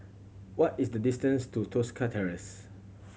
what is the distance to Tosca Terrace